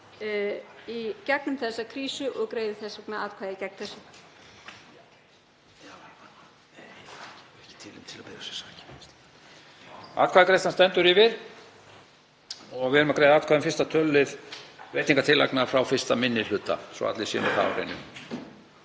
í gegnum þessa krísu og greiði þess vegna atkvæði gegn þessu.